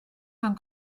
mewn